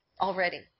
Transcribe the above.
Already